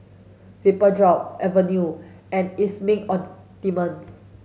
Vapodrops Avene and Emulsying Ointment